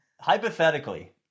Hypothetically